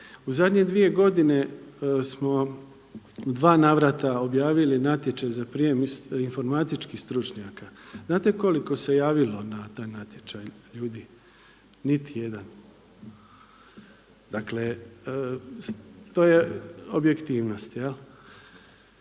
u zadnje dvije godine smo u dva navrata objavili natječaj za prijam informatičkih stručnjaka. Znate koliko se javilo na taj natječaj ljudi? Niti jedan, dakle to je objektivnost jel.